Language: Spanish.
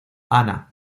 ana